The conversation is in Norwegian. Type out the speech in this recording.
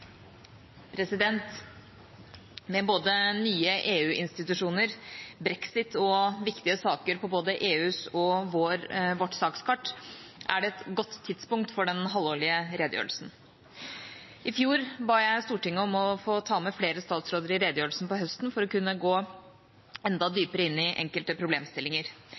saken. Med både nye EU-institusjoner, brexit og viktige saker på både EUs og vårt sakskart, er det et godt tidspunkt for den halvårlige redegjørelsen. I fjor ba jeg Stortinget om å få ta med flere statsråder i redegjørelsen på høsten for å kunne gå enda dypere inn i enkelte problemstillinger.